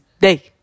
day